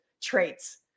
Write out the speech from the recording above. traits